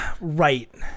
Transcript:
right